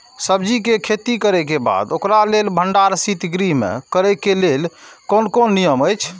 सब्जीके खेती करे के बाद ओकरा लेल भण्डार शित गृह में करे के लेल कोन कोन नियम अछि?